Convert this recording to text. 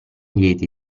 lieti